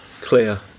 clear